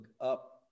up